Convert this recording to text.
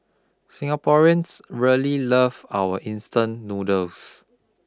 singaporeans really love our instant noodles